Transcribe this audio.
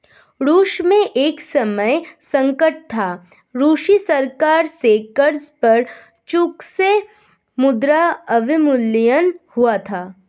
रूस में एक समय संकट था, रूसी सरकार से कर्ज पर चूक से मुद्रा अवमूल्यन हुआ था